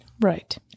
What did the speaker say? Right